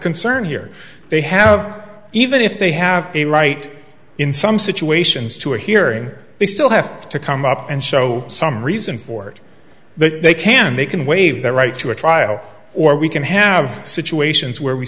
concern here they have even if they have a right in some situations to a hearing or they still have to come up and show some reason for it that they can they can waive their right to a trial or we can have situations where we